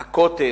הכותל,